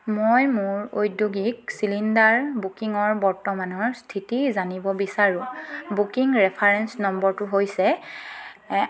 মই মোৰ ঔদ্যোগিক চিলিণ্ডাৰ বুকিঙৰ বৰ্তমানৰ স্থিতি জানিব বিচাৰোঁ বুকিং ৰেফাৰেঞ্চ নম্বৰটো হৈছে